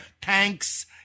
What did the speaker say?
tanks